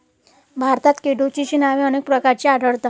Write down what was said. भारतात केटोची नावे अनेक प्रकारची आढळतात